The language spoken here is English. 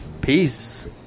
Peace